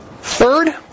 Third